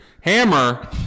Hammer